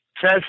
says